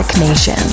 Nation